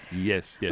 yes. yeah